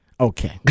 Okay